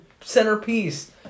centerpiece